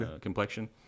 complexion